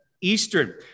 Eastern